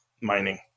mining